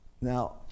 Now